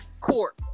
court